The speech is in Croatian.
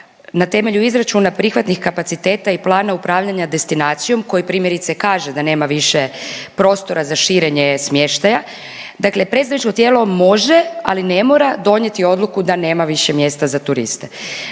na temelju izračuna prihvatnih kapaciteta i plana upravljanja destinacijom koji primjerice kaže da nema više prostora za širenje smještaja, dakle predstavničko tijelo može ali ne mora donijeti odluku da nema više mjesta za turiste.